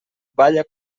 balla